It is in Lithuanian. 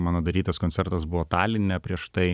mano darytas koncertas buvo taline prieš tai